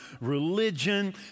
religion